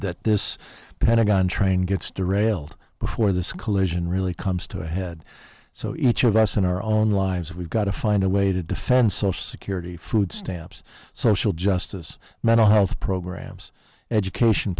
that this pentagon train gets derailed before this collision really comes to a head so each of us in our own lives we've got to find a way to defend social security food stamps social justice mental health programs education